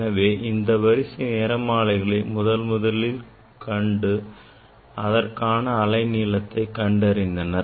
எனவே இந்த வரிசை நிறமாலைகளை முதலில் கண்டு அதற்கான அலை நீளத்தை கண்டறிந்தனர்